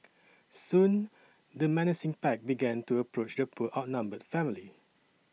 soon the menacing pack began to approach the poor outnumbered family